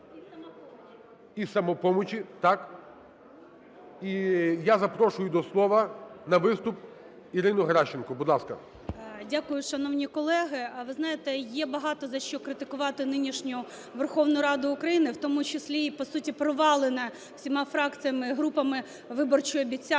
і "Самопомочі", так. І я запрошую до слова на виступ Ірину Геращенко. Будь ласка. 11:56:52 ГЕРАЩЕНКО І.В. Дякую, шановні колеги. Ви знаєте, є багато за що критикувати нинішню Верховну Раду України, в тому числі і по суті провалену всіма фракціями і групами виборчу обіцянку